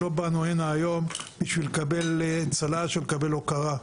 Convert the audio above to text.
לא באנו הנה היום בשביל לקבל צל"ש או בשביל לקבל הוקרה.